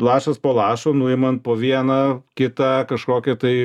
lašas po lašo nuiman po vieną kitą kažkokį tai